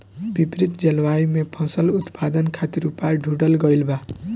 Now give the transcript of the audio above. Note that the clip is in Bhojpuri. विपरीत जलवायु में फसल उत्पादन खातिर उपाय ढूंढ़ल गइल बा